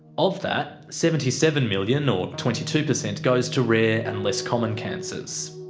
of that, seventy seven million or twenty two percent goes to rare and less common cancers.